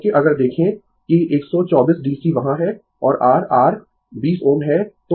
क्योंकि अगर देखें कि 124 DC वहाँ है और r R 20 ओम है